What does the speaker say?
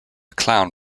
clown